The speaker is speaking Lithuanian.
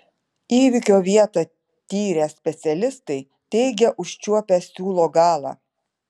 įvykio vietą tyrę specialistai teigia užčiuopę siūlo galą